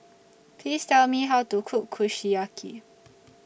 Please Tell Me How to Cook Kushiyaki